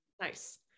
Nice